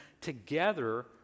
together